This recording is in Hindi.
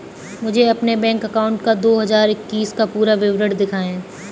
मुझे अपने बैंक अकाउंट का दो हज़ार इक्कीस का पूरा विवरण दिखाएँ?